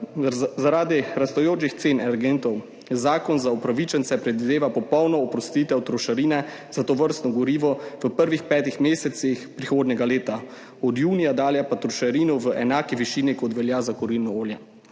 Zaradi rastočih cen energentov zakon za upravičence predvideva popolno oprostitev trošarine za tovrstno gorivo v prvih petih mesecih prihodnjega leta, od junija dalje pa trošarino v enaki višini, kot velja za kurilno olje.